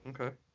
Okay